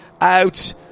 out